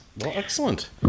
excellent